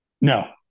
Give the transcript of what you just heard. No